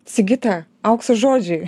sigita aukso žodžiai